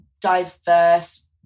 diverse